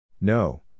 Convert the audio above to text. No